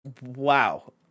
Wow